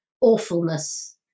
awfulness